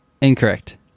Incorrect